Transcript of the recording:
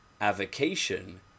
avocation